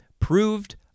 Proved